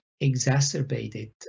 exacerbated